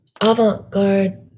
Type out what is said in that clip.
avant-garde